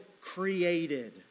created